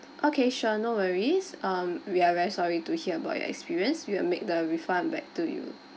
okay sure no worries um we are very sorry to hear about your experience we will make the refund back to you